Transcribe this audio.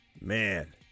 Man